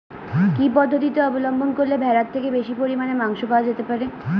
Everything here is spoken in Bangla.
কি পদ্ধতিতে অবলম্বন করলে ভেড়ার থেকে বেশি পরিমাণে মাংস পাওয়া যেতে পারে?